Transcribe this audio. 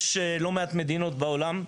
שיש לא מעט מדינות בעולם,